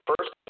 first